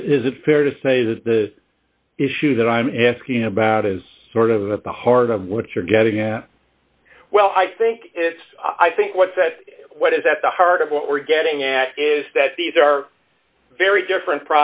is it fair to say that the issue that i'm asking about is sort of at the heart of what you're getting at well i think it's i think what that what is at the heart of what we're getting at is that these are very different